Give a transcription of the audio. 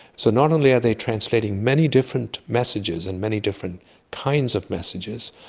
so not only are they translating many different messages and many different kinds of messages,